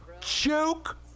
Joke